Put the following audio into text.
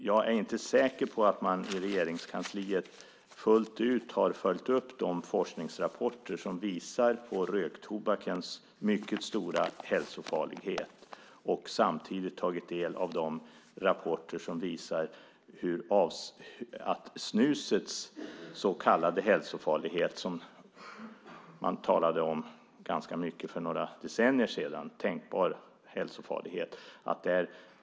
Jag är inte säker på att man i Regeringskansliet fullt ut har följt upp de forskningsrapporter som visar på röktobakens mycket stora hälsofarlighet. För några decennier sedan talade man ganska mycket om snusets tänkbara hälsofarlighet.